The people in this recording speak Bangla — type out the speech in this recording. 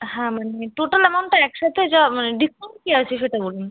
হ্যাঁ মানে টোটাল অ্যামাউন্টটা একসাথে যা মানে ডিসকাউন্ট কী আছে সেটা বলুন